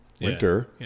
winter